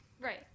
Right